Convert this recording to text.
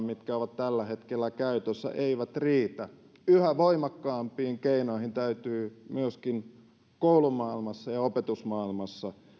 mitkä ovat tällä hetkellä käytössä eivät kauttaaltaan riitä yhä voimakkaampiin keinoihin täytyy myöskin koulumaailmassa ja opetusmaailmassa